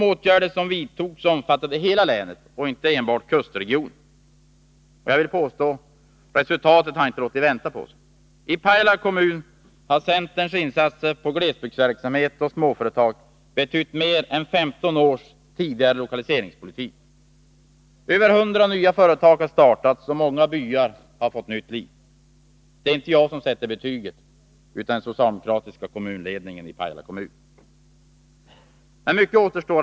Åtgärderna som vidtogs omfattade hela länet och inte enbart kustregionen. Och resultatet har inte låtit vänta på sig. I Pajala kommun har centerns insatser på glesbygdsverksamhet och småföretag betytt mer än 15 års tidigare lokaliseringspolitik. Över 100 nya företag har startats, och många byar har fått nytt liv. Betyget sätter inte jag, utan den socialdemokratiska kommunledningen i Pajala. Mycket återstår dock att göra.